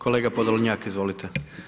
Kolega Podolnjak, izvolite.